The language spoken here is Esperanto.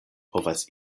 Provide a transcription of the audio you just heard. povas